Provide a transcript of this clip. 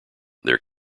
their